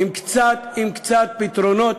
עם קצת פתרונות